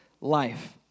life